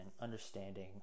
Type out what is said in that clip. understanding